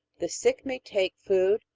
the sick may take food,